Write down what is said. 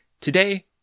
Today